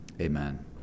Amen